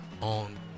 on